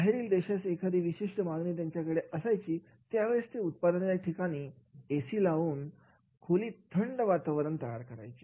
बाहेरील देशाची एखादी विशिष्ट मागणी त्यांच्याकडे असायची त्या वेळेस ते उत्पादनाच्या ठिकाणी एसी लावून खोलीत थंड वातावरण तयार करायचे